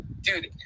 dude